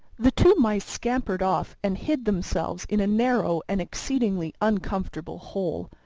the two mice scampered off and hid themselves in a narrow and exceedingly uncomfortable hole.